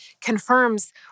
confirms